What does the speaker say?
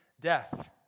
death